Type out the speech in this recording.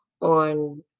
on—